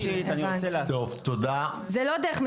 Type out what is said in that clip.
תודה.